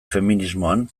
feminismoan